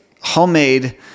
homemade